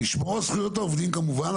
נשמור על זכויות העובדים כמובן,